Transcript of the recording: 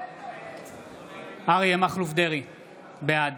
דרעי, בעד